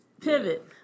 pivot